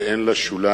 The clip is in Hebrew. ואין לה שוליים,